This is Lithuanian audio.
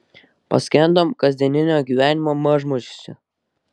paskendom kasdieninio gyvenimo mažmožiuose